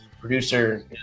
Producer